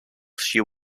she